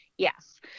Yes